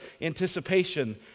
anticipation